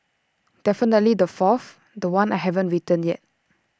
definitely the fourth The One I haven't written yet